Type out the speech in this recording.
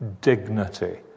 Dignity